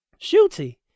Shooty